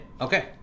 Okay